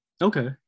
Okay